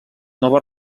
noves